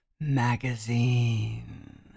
Magazine